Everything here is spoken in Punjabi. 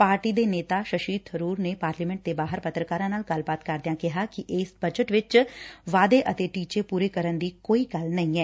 ਪਾਰਟੀ ਦੇ ਨੇਤਾ ਸ਼ਸੀ ਬਰੁਰ ਨੇ ਪਾਰਲੀਮੈਟ ਦੇ ਬਾਹਰ ਪੱਤਰਕਾਰਾਂ ਨਾਲ ਗੱਲਬਾਤ ਕਰਦਿਆਂ ਕਿਹਾ ਕਿ ਇਸ ਬਜਟ ਵਿਚ ਵਾਅਦੇ ਅਤੇ ਟੀਚੇ ਪੁਰੇ ਕਰਨ ਦੀ ਕੋਈ ਗੱਲ ਨਹੀਂ ਐ